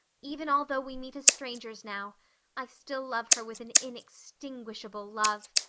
even although we meet as strangers now i still love her with an inextinguishable love.